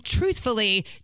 Truthfully